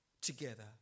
together